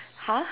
!huh!